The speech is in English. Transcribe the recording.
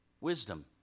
Wisdom